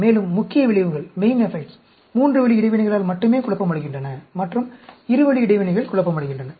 மேலும் முக்கிய விளைவுகள் மூன்று வழி இடைவினைகளால் மட்டுமே குழப்பமடைகின்றன மற்றும் இருவழி இடைவினைகள் குழப்பமடைகின்றன